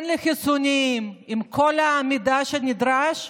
כן לחיסונים, עם כל המידע שנדרש,